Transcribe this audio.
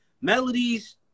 melodies